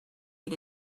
eat